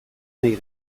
nahi